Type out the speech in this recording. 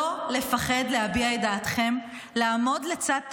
לא לפחד להביע את דעתכם ולעמוד לצד טאיסיה.